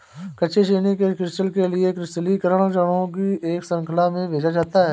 कच्ची चीनी के क्रिस्टल के लिए क्रिस्टलीकरण चरणों की एक श्रृंखला में भेजा जाता है